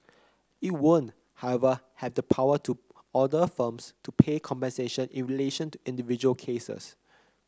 it won't however have the power to order firms to pay compensation in relation to individual cases